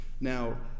now